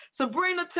Sabrina